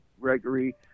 Gregory